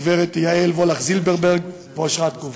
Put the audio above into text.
הגברת יהל וולך-זילברברג ואושרת קובר.